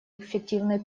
эффективной